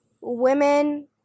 women